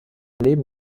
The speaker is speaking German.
leben